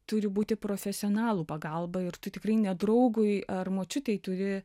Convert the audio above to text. turi būti profesionalų pagalba ir tu tikrai ne draugui ar močiutei turi